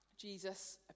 Jesus